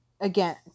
Again